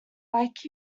like